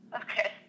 Okay